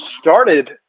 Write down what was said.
started